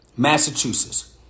Massachusetts